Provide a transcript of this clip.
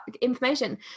information